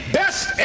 best